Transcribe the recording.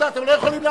אתם לא יכולים,